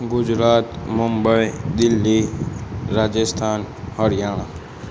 Gujarat Mumbai Delhi Rajasthan Haryana